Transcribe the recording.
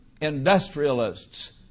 industrialists